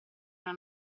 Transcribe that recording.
una